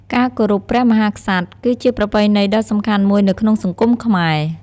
ការគោរពព្រះមហាក្សត្រ គឺជាប្រពៃណីដ៏សំខាន់មួយនៅក្នុងសង្គមខ្មែរ។